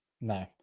No